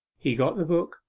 he got the book,